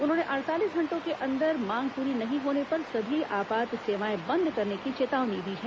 उन्होंने अड़तालीस घंटों के अंदर मांग पूरी नहीं होने पर सभी आपात सेवाएं बंद करने की चेतावनी दी है